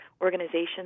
organizations